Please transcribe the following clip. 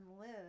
live